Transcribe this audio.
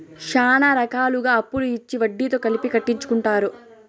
శ్యానా రకాలుగా అప్పులు ఇచ్చి వడ్డీతో కలిపి కట్టించుకుంటారు